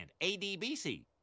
ADBC